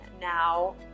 now